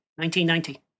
1990